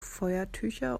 feuertücher